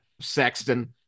Sexton